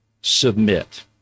submit